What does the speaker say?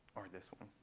or this one?